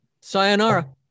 Sayonara